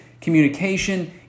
communication